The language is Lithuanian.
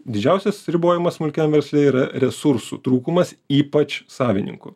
didžiausias ribojimas smulkiam versle yra resursų trūkumas ypač savininkų